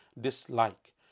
dislike